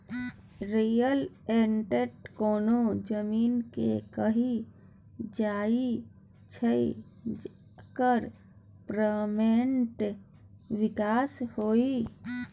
real estate कोनो जमीन केँ कहल जाइ छै जकर परमानेंट बिकास होइ